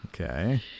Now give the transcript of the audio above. Okay